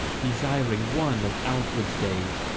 desiring one of alfred's days,